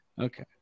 Okay